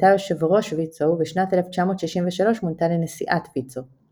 הייתה יו"רנ ויצו ובשנת 1963 מונתה לנשיאת ויצו.